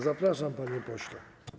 Zapraszam, panie pośle.